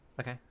Okay